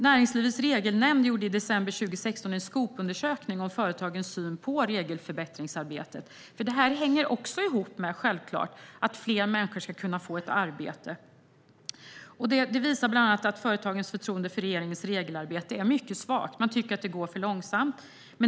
Näringslivets Regelnämnd gjorde i december 2016 en Skopundersökning om företagens syn på regelförbättringsarbetet, för det här hänger självklart ihop med att fler människor ska kunna få ett arbete, och den visade bland annat att företagens förtroende för regeringens regelarbete är mycket svagt och att man tycker att det går för långsamt.